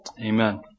Amen